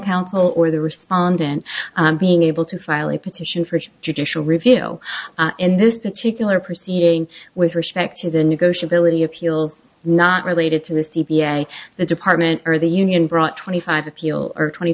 counsel or the respondent being able to file a petition for judicial review in this particular proceeding with respect to the negotiable of the appeals not related to the c p a the department or the union brought twenty five appeal or twenty